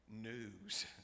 news